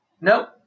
Nope